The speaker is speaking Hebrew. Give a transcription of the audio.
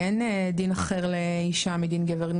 אין דין אחר לאישה מדין גבר,